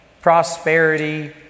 prosperity